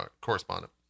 correspondent